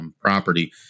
property